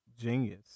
genius